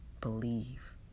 believe